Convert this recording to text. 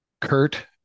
Kurt